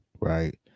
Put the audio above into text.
right